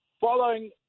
Following